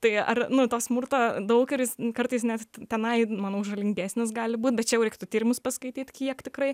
tai ar nu to smurto daug ir jis kartais net tenai manau žalingesnis gali būt bet čia jau reiktų tyrimus paskaityt kiek tikrai